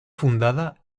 fundada